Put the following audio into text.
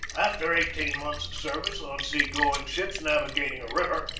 after eighteen months of service on sea-going ships navigating a river,